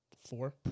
Four